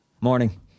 Morning